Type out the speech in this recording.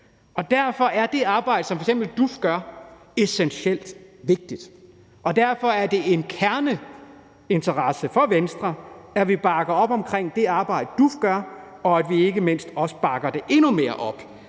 Derfor er det arbejde, som f.eks. DUF udfører, essentielt vigtigt, og derfor er det en kerneinteresse for Venstre, at vi bakker op omkring det, DUF gør, og at vi ikke mindst også bakker det endnu mere op,